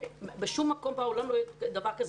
בשום מקום בעולם לא קורה דבר כזה.